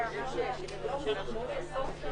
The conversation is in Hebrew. עורך סקרים קבועים כל הזמן לבדוק את היענות האוכלוסייה.